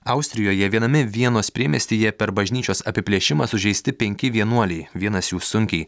austrijoje viename vienos priemiestyje per bažnyčios apiplėšimą sužeisti penki vienuoliai vienas jų sunkiai